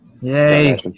Yay